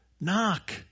knock